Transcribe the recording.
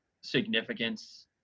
significance